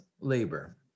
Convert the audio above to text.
labor